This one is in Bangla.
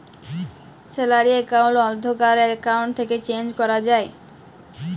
স্যালারি একাউল্ট আগ্কার একাউল্ট থ্যাকে চেঞ্জ ক্যরা যায়